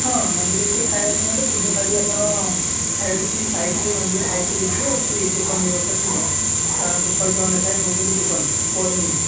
ହଁ ମନ୍ଦିର ଭିତରେ ଖାଇବାପାଇଁ ହେଲେ ପୂଜା ସାରି ଆପଣ ଖାଇବାକୁ ସେ ସାଇଟରେ ମନ୍ଦିର ସାଇଟରେ ଦେଖିବେ ଅଛି ଟୋକନ୍ ବ୍ୟବସ୍ତା ଥିବ ଆରାମସେ ଶହେ ଟଙ୍କା ନେଖାଏ ନେଉଛନ୍ତି ଟୋକନ୍ ପର୍ ମିଲ୍